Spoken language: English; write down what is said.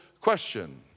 question